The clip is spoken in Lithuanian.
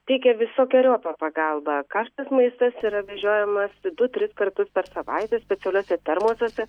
teikia visokeriopą pagalbą karštas maistas yra vežiojamas du tris kartus per savaitę specialiuose termosuose